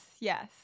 yes